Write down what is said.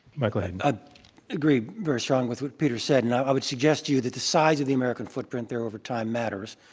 michael hayden. i agree very strongly with what peter said. and i i would suggest to you that the size of the american footprint there over time matters.